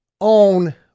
own